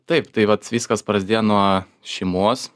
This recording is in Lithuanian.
taip tai vat viskas prasidėjo nuo šeimos